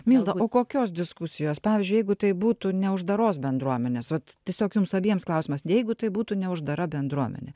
milda o kokios diskusijos pavyzdžiui jeigu tai būtų ne uždaros bendruomenės vat tiesiog jums abiems klausimas jeigu tai būtų ne uždara bendruomenė